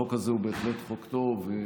החוק הזה הוא בהחלט חוק טוב.